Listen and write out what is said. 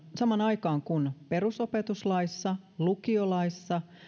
samaan aikaan kun perusopetuslaissa lukiolaissa